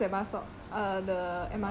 the opposite